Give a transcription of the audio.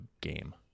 game